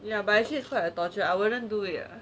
ya but actually it's quite a torture I wouldn't do it